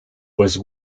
pues